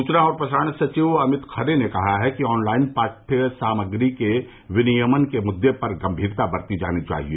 सूचना और प्रसारण सचिव अमित खरे ने कहा है कि ऑनलाइन पाढ़य सामग्री के विनियमन के मुद्दे पर गम्मीरता बरती जानी चाहिए